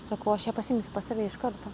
sakau aš ją pasiimsiu pas save iš karto